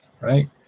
right